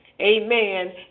amen